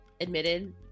admitted